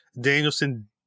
Danielson